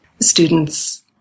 students